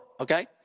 okay